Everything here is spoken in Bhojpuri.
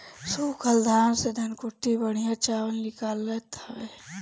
सूखल धान से धनकुट्टी बढ़िया चावल निकालत हवे